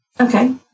Okay